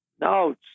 No